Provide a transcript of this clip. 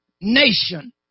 nation